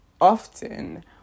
often